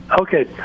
Okay